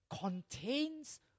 contains